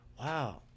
wow